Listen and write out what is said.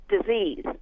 Disease